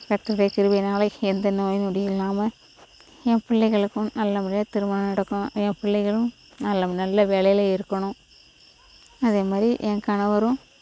கர்த்தருடைய கிருபைனால் எந்த நோய் நொடியும் இல்லாமல் என் பிள்ளைங்களுக்கும் நல்ல முறையாக திருமணம் நடக்கும் என் பிள்ளைகளும் நல்ல நல்ல வேலையில் இருக்கணும் அதே மாதிரி என் கணவரும்